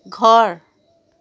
ঘৰ